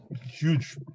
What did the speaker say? huge